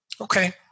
Okay